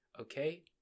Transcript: okay